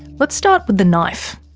let's start with the knife.